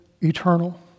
eternal